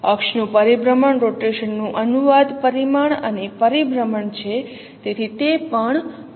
અક્ષનું પરિભ્રમણ રોટેશન નું અનુવાદ પરિમાણ અને પરિભ્રમણ છે તેથી તે પણ 3 છે